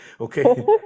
okay